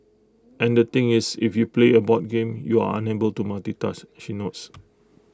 and the thing is if you play A board game you are unable to multitask she notes